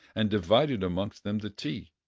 and divided amongst them the tea.